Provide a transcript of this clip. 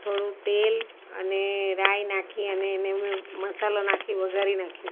થોડું તેલ અને રાઈ નાખી અને એને મેં મસાલો નાખી વઘારી નાખ્યું